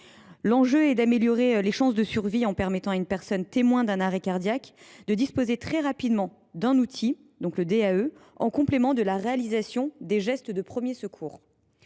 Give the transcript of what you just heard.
L’enjeu est d’améliorer les chances de survie en permettant à une personne témoin d’un arrêt cardiaque de disposer très rapidement d’un DAE en complément de la réalisation des gestes de premiers secours.